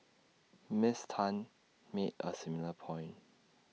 miss Tan made A similar point